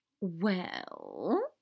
Well